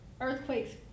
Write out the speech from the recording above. Earthquakes